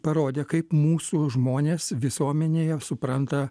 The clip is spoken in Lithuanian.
parodė kaip mūsų žmonės visuomenėje supranta